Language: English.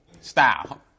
Style